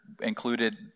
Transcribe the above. included